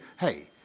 hey